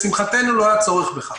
לשמחתנו לא היה צורך בכך.